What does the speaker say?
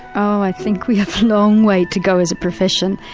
oh, i think we have a long way to go as a profession,